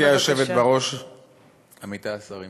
גברתי היושבת בראש, עמיתי השרים,